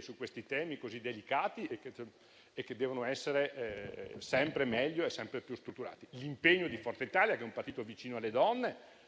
su questi temi così delicati, che devono essere sempre più strutturati. L'impegno di Forza Italia, che è un partito vicino alle donne,